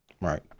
Right